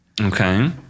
Okay